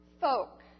folk